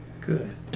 Good